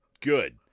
good